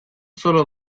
sólo